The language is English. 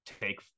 take